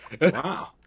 Wow